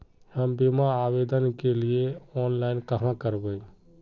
हम बीमा आवेदान के लिए ऑनलाइन कहाँ करबे?